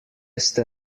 ste